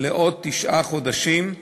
לעוד תשעה חודשים,